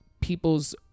people's